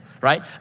right